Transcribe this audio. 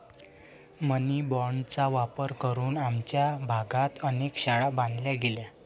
मनी बाँडचा वापर करून आमच्या भागात अनेक शाळा बांधल्या गेल्या